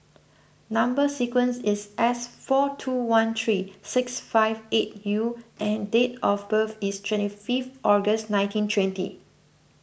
Number Sequence is S four two one three six five eight U and date of birth is twenty fifth August nineteen twenty